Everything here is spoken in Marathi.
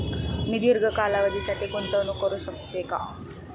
मी दीर्घ कालावधीसाठी गुंतवणूक करू शकते का?